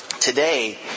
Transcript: Today